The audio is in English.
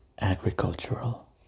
Agricultural